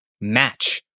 match